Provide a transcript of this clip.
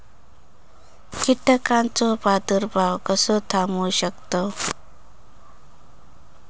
कीटकांचो प्रादुर्भाव कसो थांबवू शकतव?